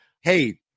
hey